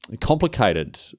complicated